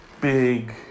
big